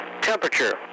Temperature